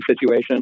situation